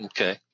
Okay